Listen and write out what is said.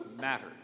matters